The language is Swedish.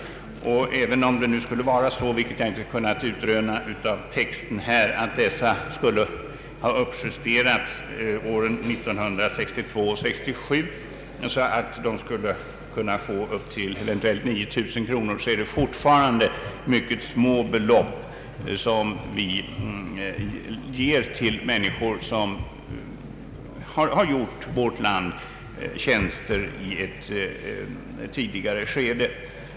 Även om det skulle vara så, vilket jag inte kunnat utröna av texten, att dessa skulle ha uppjusterats åren 1962 och 1967 till eventuellt 9 000 kronor, är det fortfarande mycket små belopp vi ger till människor som har gjort vårt land tjänster i ett tidigare skede.